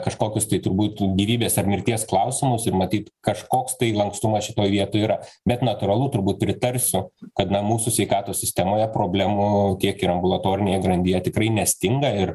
kažkokius tai turbūt gyvybės ar mirties klausimus ir matyt kažkoks tai lankstumas šitoj vietoj yra bet natūralu turbūt pritarsiu kad na mūsų sveikatos sistemoj problemų tiek ir ambulatorinėje grandyje tikrai nestinga ir